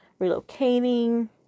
Relocating